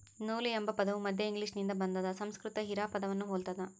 ನೂಲು ಎಂಬ ಪದವು ಮಧ್ಯ ಇಂಗ್ಲಿಷ್ನಿಂದ ಬಂದಾದ ಸಂಸ್ಕೃತ ಹಿರಾ ಪದವನ್ನು ಹೊಲ್ತದ